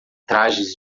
trajes